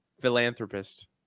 philanthropist